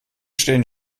stehen